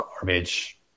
garbage